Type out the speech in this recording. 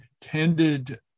tended